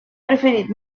preferit